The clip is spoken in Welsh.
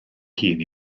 hun